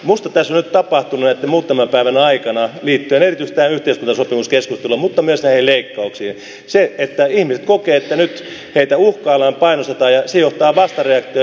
minusta tässä on nyt tapahtunut niin että muutaman päivän aikana liittyen erityisesti tähän yhteiskuntasopimuskeskusteluun mutta myös näihin leikkauksiin se että ihmiset kokevat että nyt heitä uhkaillaan painostetaan johtaa vastareaktioon